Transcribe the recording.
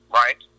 right